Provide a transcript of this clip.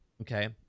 okay